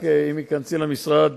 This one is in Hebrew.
אני אנסה בסקירה שלי,